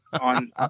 on